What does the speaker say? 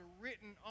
written